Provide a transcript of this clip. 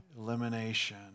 elimination